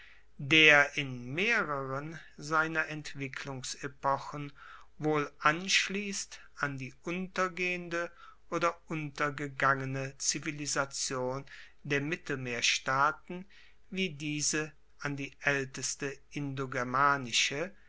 der in mehreren seiner entwicklungsepochen wohl anschliesst an die untergehende oder untergegangene zivilisation der mittelmeerstaaten wie diese an die aelteste